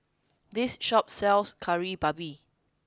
this shop sells Kari Babi